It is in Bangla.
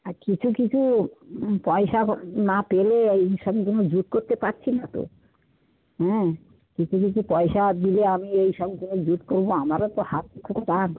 আর কিছু কিছু পয়সা না পেলে এই সবগুলো জুত করতে পাচ্ছি না তো হুম কিছু কিছু পয়সা দিলে আমি এই সব নয় জুত করবো আমারও তো হাত খুব টান